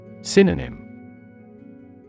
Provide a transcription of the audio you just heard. Synonym